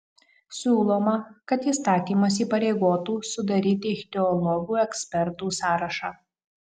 siūloma kad įstatymas įpareigotų sudaryti ichtiologų ekspertų sąrašą